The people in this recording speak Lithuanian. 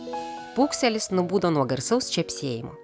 pūkselis nubudo nuo garsaus čepsėjimo